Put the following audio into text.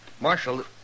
Marshal